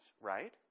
right